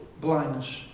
blindness